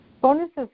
Bonuses